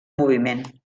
moviment